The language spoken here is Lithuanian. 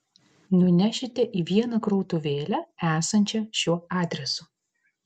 nunešite į vieną krautuvėlę esančią šiuo adresu